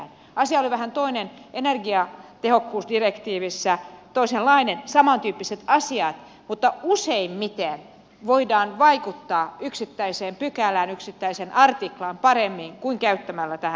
asia oli vähän toisenlainen energiatehokkuusdirektiivissä samantyyppiset asiat mutta useimmiten voidaan vaikuttaa yksittäiseen pykälään yksittäiseen artiklaan paremmin kuin käyttämällä tähän